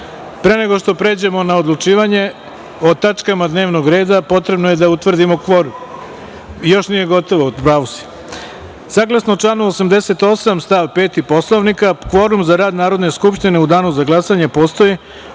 nego što pređemo na odlučivanje o tačkama dnevnog reda, potrebno je da utvrdimo kvorum. Saglasno članu 88. stav 5. Poslovnika, kvorum za rad Narodne skupštine u danu za glasanje postoji